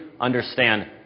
understand